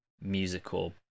musical